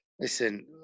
Listen